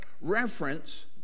reference